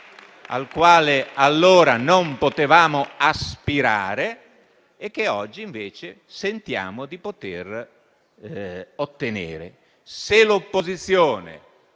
al quale allora non potevamo aspirare e che oggi invece sentiamo di poter ottenere. Se l'opposizione